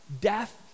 death